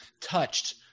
touched